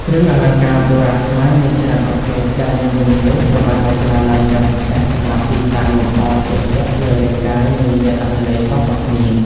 គ្រឿងអលង្ការបុរាណខ្មែរមានច្រើនប្រភេទ ដែលនីមួយៗត្រូវបានរចនាឡើងយ៉ាងពិសេសសម្រាប់ទីតាំងលម្អជាក់លាក់លើរាងកាយ និងមានអត្ថន័យខុសៗគ្នា។